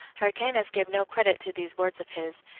hyrcanus gave no credit to these words of his,